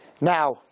Now